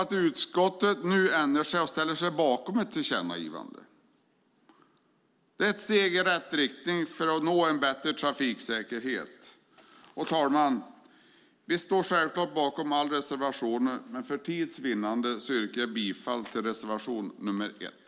Att utskottet nu ändrat sig och ställer sig bakom förslaget om ett tillkännagivande är ett steg i rätt riktning för att uppnå en bättre trafiksäkerhet. Herr talman! Självklart står vi bakom alla våra reservationer, men för tids vinnande yrkar jag bifall bara till reservation 1.